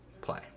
play